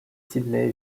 sidney